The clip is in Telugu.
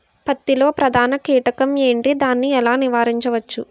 పత్తి లో ప్రధాన కీటకం ఎంటి? దాని ఎలా నీవారించచ్చు?